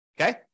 Okay